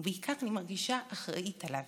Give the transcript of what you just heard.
ובעיקר אני מרגישה אחראית עליו,